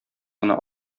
гына